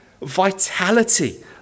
vitality